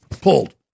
pulled